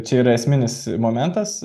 čia yra esminis momentas